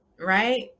right